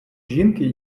жінки